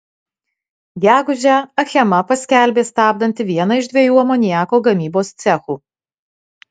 gegužę achema paskelbė stabdanti vieną iš dviejų amoniako gamybos cechų